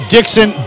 Dixon